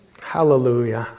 Hallelujah